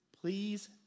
Please